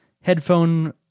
headphone